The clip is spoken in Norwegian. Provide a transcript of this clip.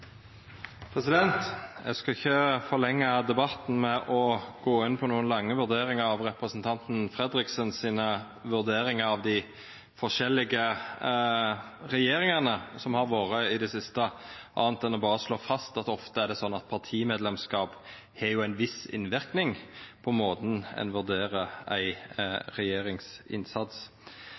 Eg skal ikkje forlengja debatten ved å gå inn på lange vurderingar av representanten Fredriksen sine vurderingar av dei forskjellige regjeringane som har vore i det siste, anna enn berre å slå fast at ofte er det sånn at partimedlemskap har ein viss innverknad på måten ein vurderer ei regjerings innsats